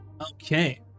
okay